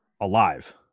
alive